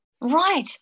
Right